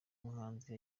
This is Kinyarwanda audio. muhanzi